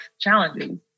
challenges